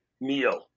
meal